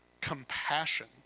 compassion